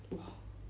!wah!